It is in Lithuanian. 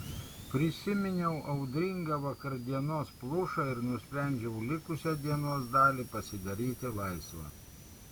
prisiminiau audringą vakardienos plušą ir nusprendžiau likusią dienos dalį pasidaryti laisvą